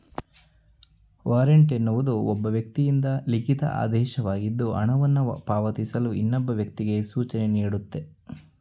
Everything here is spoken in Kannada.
ವಾರೆಂಟ್ ಎನ್ನುವುದು ಒಬ್ಬ ವ್ಯಕ್ತಿಯಿಂದ ಲಿಖಿತ ಆದೇಶವಾಗಿದ್ದು ಹಣವನ್ನು ಪಾವತಿಸಲು ಇನ್ನೊಬ್ಬ ವ್ಯಕ್ತಿಗೆ ಸೂಚನೆನೀಡುತ್ತೆ